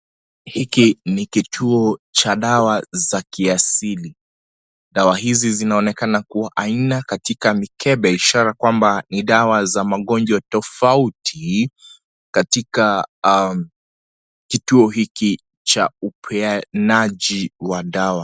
Hiki ni kituo cha dawa za kiasili. Dawa hizi zinaonekana kuwa aina katika mikebe ishara kwamba ni dawa za magonjwa tofauti katika kituo hichi cha upeanaji wa dawa.